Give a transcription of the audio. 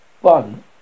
One